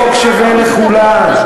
החוק שווה לכולם.